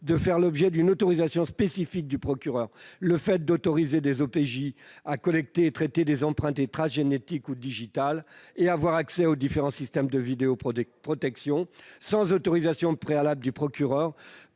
de faire l'objet d'une autorisation spécifique du procureur. Autoriser les OPJ à collecter et traiter des empreintes et traces génétiques ou digitales et à avoir accès aux différents systèmes de vidéoprotection sans autorisation préalable du procureur